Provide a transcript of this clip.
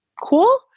Cool